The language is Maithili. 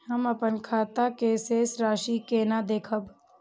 हम अपन खाता के शेष राशि केना देखब?